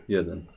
Jeden